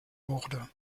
wurde